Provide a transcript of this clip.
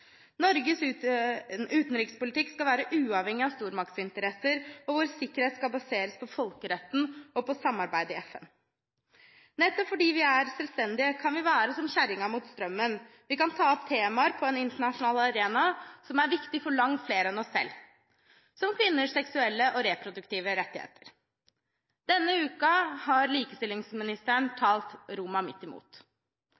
Norges utenrikspolitikk skal være uavhengig av stormaktsinteresser, og vår sikkerhet skal baseres på folkeretten og på samarbeidet i FN. Nettopp fordi vi er selvstendige, kan vi være som kjerringa mot strømmen, vi kan ta opp temaer på en internasjonal arena som er viktige for langt flere enn oss selv, som kvinners seksuelle og reproduktive rettigheter. Denne uka har likestillingsministeren